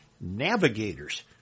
navigators